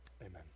Amen